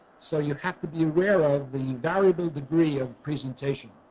so you have to be aware of the variable degrees of presentation.